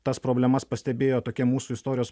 tas problemas pastebėjo tokie mūsų istorijos